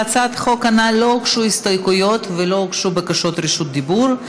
להצעת החוק לא הוגשו הסתייגויות ולא הוגשו בקשות רשות דיבור,